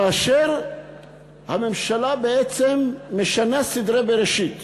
כאשר הממשלה בעצם משנה סדרי בראשית,